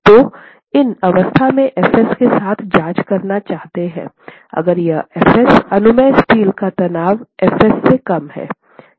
तो इस अवस्था में f s के साथ जाँच करना चाहते हैं अगर यह f s अनुमेय स्टील का तनाव F s से कम है